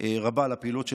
רבה לפעילות שלהן,